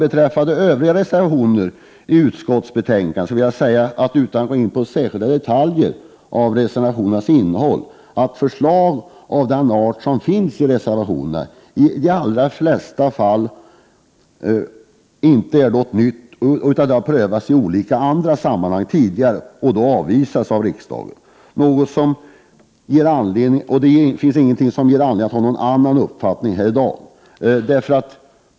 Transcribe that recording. Beträffande övriga reservationer i utskottsbetänkandet vill jag utan att gå in på detaljer i reservationernas innehåll säga, att förslag av den art som finns i reservationerna i de allra flesta fall inte representerar något nytt. Det har prövats i olika sammanhang tidigare och har då avvisats av riksdagen. Det har inte heller nu framkommit något som ger anledning att ha någon annan uppfattning här i dag.